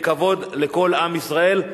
שיהיה כבוד לכל עם ישראל.